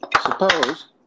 Suppose